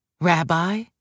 Rabbi